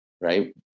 right